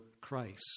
Christ